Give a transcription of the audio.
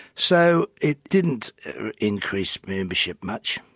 so it didn't increase membership much.